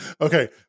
Okay